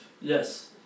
Yes